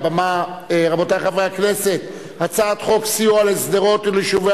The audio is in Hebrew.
את הצעת חוק סיוע לשדרות וליישובי